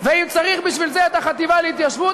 ואם צריך בשביל זה את החטיבה להתיישבות,